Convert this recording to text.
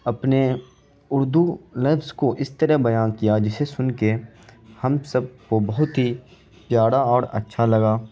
اپنے اردو لفظ کو اس طرح بیاں کیا جسے سن کے ہم سب کو بہت ہی پیارا اور اچھا لگا